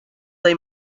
they